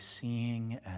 seeing